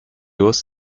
was